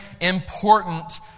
important